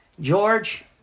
George